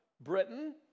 Britain